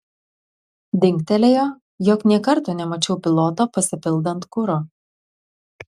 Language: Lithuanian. dingtelėjo jog nė karto nemačiau piloto pasipildant kuro